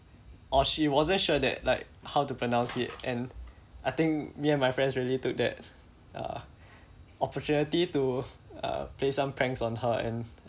or she wasn't sure that like how to pronounce it and I think me and my friends really took that uh opportunity to uh play some pranks on her and